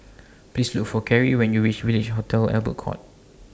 Please Look For Cari when YOU REACH Village Hotel Albert Court